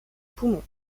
poumon